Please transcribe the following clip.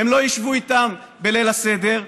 הם לא ישבו בליל הסדר,